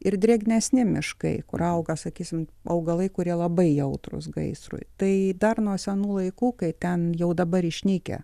ir drėgnesni miškai kur auga sakysim augalai kurie labai jautrūs gaisrui tai dar nuo senų laikų kai ten jau dabar išnykę